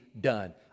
done